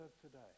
today